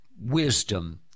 wisdom